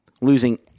losing